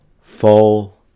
Fall